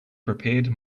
prepared